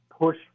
push